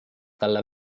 talle